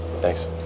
Thanks